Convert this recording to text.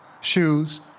shoes